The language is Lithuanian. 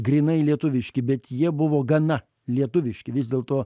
grynai lietuviški bet jie buvo gana lietuviški vis dėlto